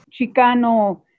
Chicano